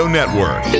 Network